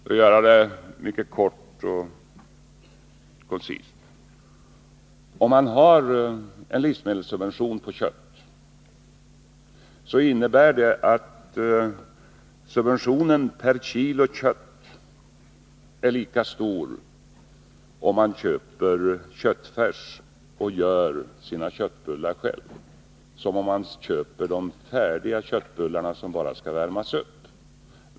Låt mig göra det mycket kort och koncist: Om vi har en livsmedelssubvention på kött är subventionen per kilo kött lika stor, om man köper köttfärs och gör sina köttbullar själv som om man köper färdiga köttbullar som bara skall värmas upp.